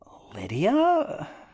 Lydia